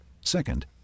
Second